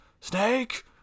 snake